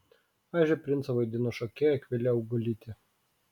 mažąjį princą vaidino šokėja akvilė augulytė